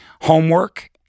Homework